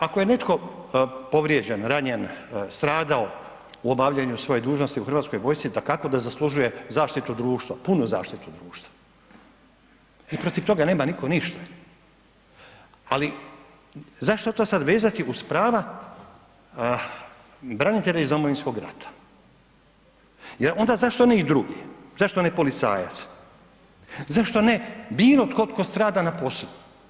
Ako je netko povrijeđen, ranjen, stradao u obavljanju svoje dužnosti u Hrvatskoj vojsci dakako da zaslužuju zaštitu društva, punu zaštitu društva i protiv toga nema niko ništa, ali zašto to sada vezati uz prava branitelja iz Domovinskog rata jer onda zašto ne i drugi, zašto ne policajac, zašto ne bilo tko tko strada na poslu?